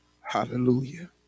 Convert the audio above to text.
Hallelujah